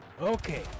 Okay